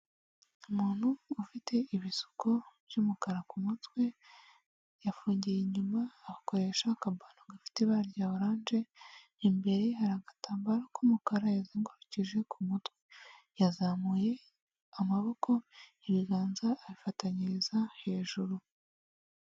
Umuntu ufite ibisuko by'umukara ku mutwe yafungiye inyuma akoresha akabano gafite ibara rya orange imbere hari agatambaro k'umukara yazengurukije ku mutwe yazamuye amaboko ibiganza abifatanyiriza hejuru.